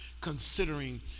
considering